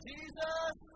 Jesus